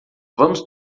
vamos